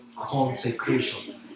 Consecration